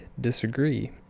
disagree